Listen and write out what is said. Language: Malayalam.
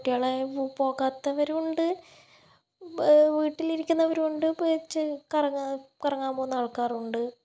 കുട്ടികളായാൽ പൊ പോകാത്തവരുണ്ട് വീട്ടിലിരിക്കുന്നവരുണ്ട് പ്ച്ച് കറങ്ങാൻ കറങ്ങാൻ പോകുന്ന ആൾക്കാരുമുണ്ട്